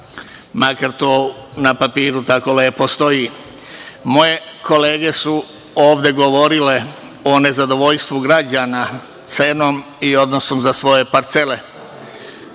makar to na papiru tako lepo stoji. Moje kolege su ovde govorile o nezadovoljstvu građana cenom i odnosom za svoje parcele.